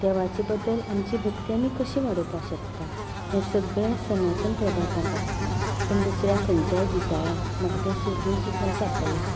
देवाच्या बद्दल आमची भक्ती आमी कशी वाडोवपाक शकता हें सगलें सनातन प्रभातांत आसता पूण दुसऱ्या खंयच्याय दिसाळ्यांक म्हाका तें सोदून सुद्दां सापडलें ना